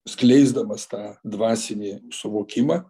skleisdamas tą dvasinį suvokimą